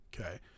Okay